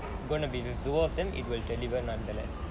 gonna be the two of them it will deliver nonetheless